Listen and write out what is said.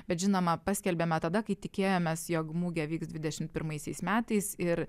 bet žinoma paskelbėme tada kai tikėjomės jog mugė vyks dvidešimt pirmaisiais metais ir